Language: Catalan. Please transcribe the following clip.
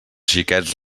xiquets